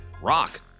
Rock